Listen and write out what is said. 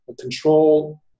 control